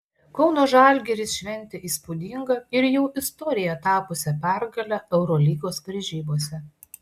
kauno žalgiris šventė įspūdingą ir jau istorija tapusią pergalę eurolygos varžybose